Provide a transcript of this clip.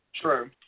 True